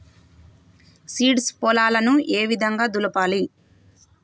Seeds పొలాలను ఏ విధంగా దులపాలి?